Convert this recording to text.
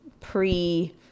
pre